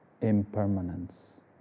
impermanence